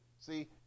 See